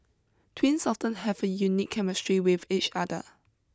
twins often have a unique chemistry with each other